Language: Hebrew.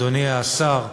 אדוני השר,